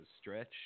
Stretch